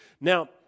Now